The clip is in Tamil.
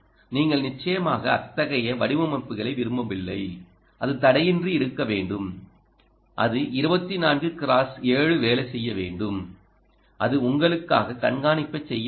நீங்கள் நிச்சயமாக அத்தகைய வடிவமைப்புகளை விரும்பவில்லை அது தடையின்றி இருக்க வேண்டும் அது 24 X 7 வேலை செய்ய வேண்டும் அது உங்களுக்காக கண்காணிப்பைச் செய்ய வேண்டும்